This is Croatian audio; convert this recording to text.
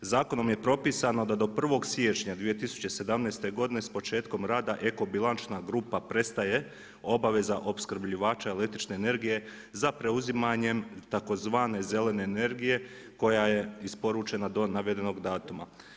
Zakonom je propisano da do 1. siječnja 2017. godine s početkom rada Eko bilančna grupa prestaje obaveza opskrbljivača električne energije za preuzimanjem tzv. zelene energije koja je isporučena do navedenog datuma.